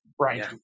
Right